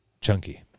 chunky